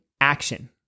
action